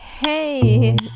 Hey